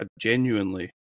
genuinely